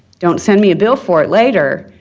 don't send me a bill for it later.